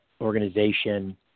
organization